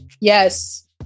Yes